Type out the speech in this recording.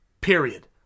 period